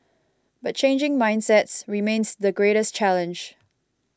but changing mindsets remains the greatest challenge